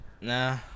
Nah